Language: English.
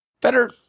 Better